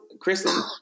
Kristen